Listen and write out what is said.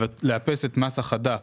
ולאפס את מס החד"פ